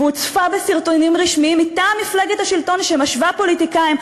והוצפה בסרטונים רשמיים מטעם מפלגת השלטון שמשווה פוליטיקאים,